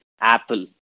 Apple